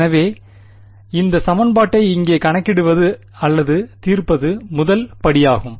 எனவே இந்த சமன்பாட்டை இங்கே கணக்கிடுவது அல்லது தீர்ப்பது முதல் படியாகும்